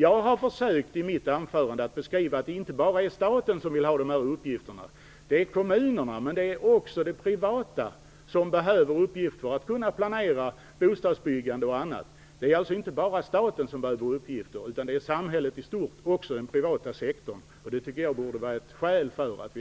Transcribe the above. Jag har i mitt anförande försökt visa att det inte bara är staten som vill ha de här uppgifterna - det är kommunerna, men det är också det privata, som behöver uppgifter för att kunna planera bostadsbyggande och annat. Det är alltså inte bara staten som behöver uppgifter utan samhället i stort, även den privata sektorn. Det tycker jag borde vara ett skäl för att